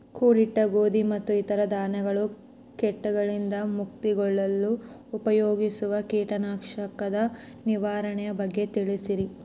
ಕೂಡಿಟ್ಟ ಗೋಧಿ ಮತ್ತು ಇತರ ಧಾನ್ಯಗಳ ಕೇಟಗಳಿಂದ ಮುಕ್ತಿಗೊಳಿಸಲು ಉಪಯೋಗಿಸುವ ಕೇಟನಾಶಕದ ನಿರ್ವಹಣೆಯ ಬಗ್ಗೆ ತಿಳಿಸಿ?